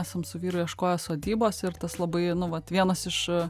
esam su vyru ieškoję sodybos ir tas labai nu vat vienas iš